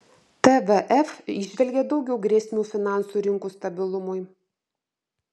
tvf įžvelgia daugiau grėsmių finansų rinkų stabilumui